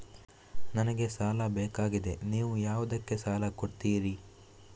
ನನಗೆ ಸಾಲ ಬೇಕಾಗಿದೆ, ನೀವು ಯಾವುದಕ್ಕೆ ಸಾಲ ಕೊಡ್ತೀರಿ?